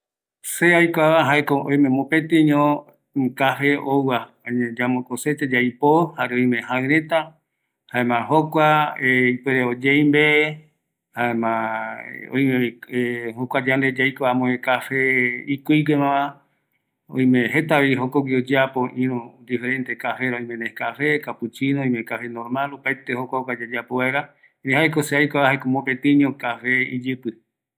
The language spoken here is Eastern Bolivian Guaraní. ﻿Se aikuava jaeko oime mopetiño cafe ouva jayae yambo kosecha yaipo jare oime jaireta jaema jokua ipuere oyeimbe jaema oimevi jokua yande yaikua amöguë cafe ikuiguemava oime jetavi jokogui oyeapo irü diferente cafe, oime nescafe cafe, capuchino, oime cafe normal opaete opaete joku jokua yayapo vaera, erei jaeko se aikuava mopetiño cafe iyipi